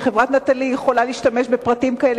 כי חברת "נטלי" יכולה להשתמש בפרטים כאלה,